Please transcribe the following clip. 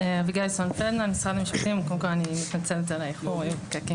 אני מתנצלת על האיחור שנבע מפקקים.